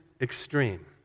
extreme